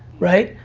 right?